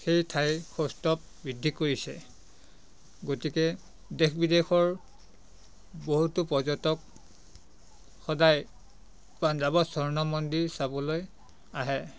সেই ঠাইৰ সৌষ্ঠৱ বৃদ্ধি কৰিছে গতিকে দেশ বিদেশৰ বহুতো পৰ্যটক সদায় পঞ্জাৱৰ স্বৰ্ণমন্দিৰ চাবলৈ আহে